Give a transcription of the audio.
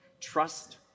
trust